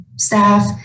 staff